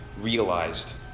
realized